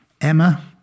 Emma